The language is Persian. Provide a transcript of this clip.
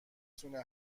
تونه